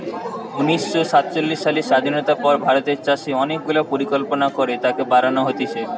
উনিশ শ সাতচল্লিশ সালের স্বাধীনতার পর ভারতের চাষে অনেক গুলা পরিকল্পনা করে তাকে বাড়ান হতিছে